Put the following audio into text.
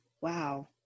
Wow